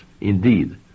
indeed